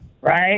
right